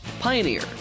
Pioneer